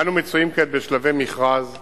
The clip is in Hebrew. אנו מצויים כעת בשלבי מכרז ההתקשרות,